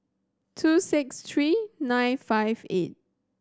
two six three nine five eight